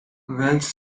welsh